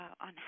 on